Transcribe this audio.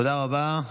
תודה רבה.